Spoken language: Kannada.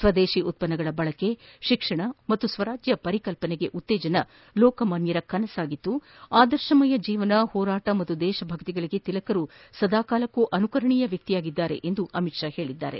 ಸ್ವದೇಶಿ ಉತ್ಪನ್ನಗಳ ಬಳಕೆ ಶಿಕ್ಷಣ ಮತ್ತು ಸ್ವರಾಜ್ಯ ಪರಿಕಲ್ಪನೆಗೆ ಉತ್ತೇಜನ ಲೋಕಮಾನ್ಯರ ಕನಸಾಗಿತ್ತು ಆದರ್ಶಮಯ ಜೀವನ ಹೋರಾಟ ಮತ್ತು ದೇಶಭಕ್ತಿಗಳಿಗೆ ತಿಲಕರು ಸದಾಕಾಲಕ್ಕೂ ಅನುಕರಣೀಯ ವ್ಯಕ್ತಿಯಾಗಿದ್ದಾರೆ ಎಂದು ಅಮಿತ್ ಶಾ ಹೇಳಿದ್ದಾರೆ